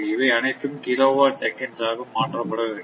இவை அனைத்தும் kilowatt seconds ஆக மாற்ற பட வேண்டும்